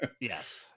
Yes